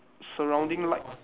surrounding light